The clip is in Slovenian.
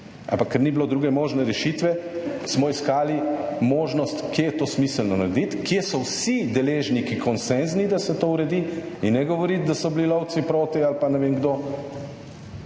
Ampak, ker ni bilo druge možne rešitve, smo iskali možnost, kje je to smiselno narediti, kje so vsi deležniki konsenzni, da se to uredi, in ne govoriti, da so bili lovci proti ali pa ne vem kdo,